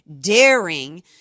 daring